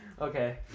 Okay